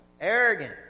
Arrogant